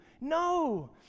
no